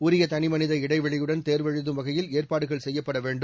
உரிய தனிமனித இடைவெளியுடன் தேர்வெழுதும் வகையில் ஏற்பாடுகள் செய்யப்பட வேண்டும்